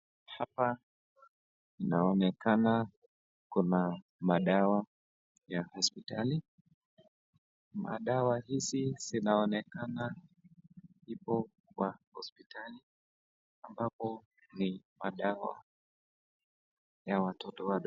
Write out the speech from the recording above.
Hapa naonekana kuna madawa ya hospitali, madawa hizi zinaonekana ipo kwa hospitali ambapo ni madawa ya watoto wadogo.